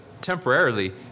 temporarily